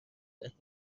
دهیم